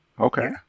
Okay